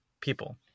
people